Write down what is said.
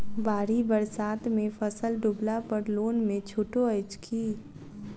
बाढ़ि बरसातमे फसल डुबला पर लोनमे छुटो अछि की